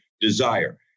desire